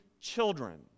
children